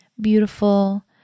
beautiful